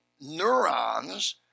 neurons